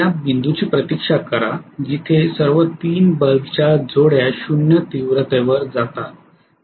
त्या बिंदूची प्रतीक्षा करा जिथे सर्व तीन बल्बच्या जोड्या शून्य तीव्रतेवर जातात